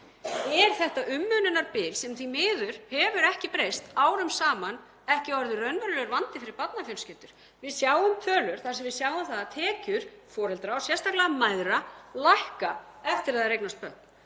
Er þetta umönnunarbil sem því miður hefur ekki breyst árum saman ekki orðið raunverulegur vandi fyrir barnafjölskyldur? Við sjáum tölur um að tekjur foreldra og sérstaklega mæðra lækka eftir að þær eignast börn.